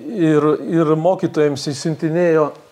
ir ir mokytojams išsiuntinėjo